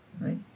right